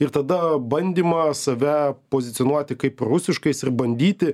ir tada bandymą save pozicionuoti kaip rusiškais ir bandyti